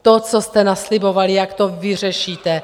To, co jste naslibovali, jak to vyřešíte.